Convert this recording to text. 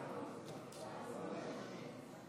מתחייב אני.